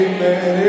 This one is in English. Amen